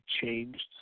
changed